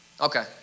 Okay